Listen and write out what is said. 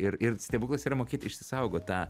ir ir stebuklas yra mokėt išsisaugot tą